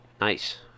nice